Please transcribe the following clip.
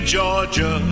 Georgia